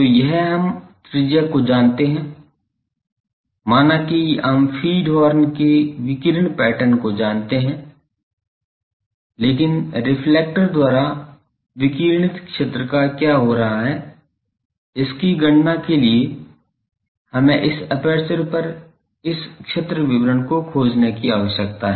तो यह हम त्रिज्या को जानते हैं मानाकि हम फ़ीड हॉर्न के विकिरण पैटर्न को जानते हैं लेकिन रिफ्लेक्टर द्वारा विकिरणित क्षेत्र का क्या हो रहा है इसकी गणना करने के लिए हमें इस एपर्चर पर इस क्षेत्र वितरण को खोजने की आवश्यकता है